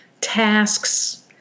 tasks